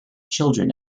children